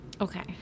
Okay